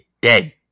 dead